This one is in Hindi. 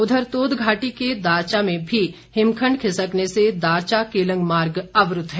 उधर तोदघाटी के दारचा में भी हिमखण्ड खिसकने से दारचा केलंग मार्ग अवरूद्व है